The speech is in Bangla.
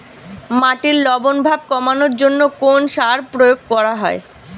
মাটির লবণ ভাব কমানোর জন্য কোন সার প্রয়োগ করা হয়?